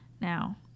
now